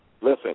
Listen